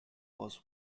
was